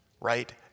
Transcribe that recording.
right